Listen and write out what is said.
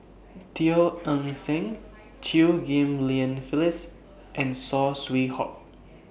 Teo Eng Seng Chew Ghim Lian Phyllis and Saw Swee Hock